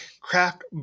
craft